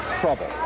trouble